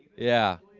yeah,